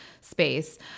space